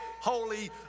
holy